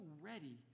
ready